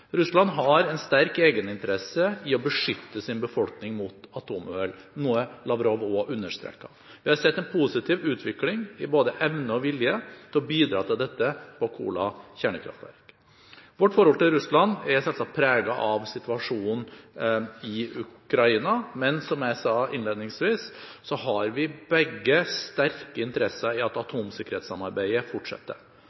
Russland har en sterk egeninteresse i å beskytte sin befolkning mot atomuhell, noe Lavrov også understreket. Vi har sett en positiv utvikling i både evne og vilje til å bidra til dette på Kola kjernekraftverk. Vårt forhold til Russland er selvsagt preget av situasjonen i Ukraina, men som jeg sa innledningsvis, har vi begge sterke interesser i at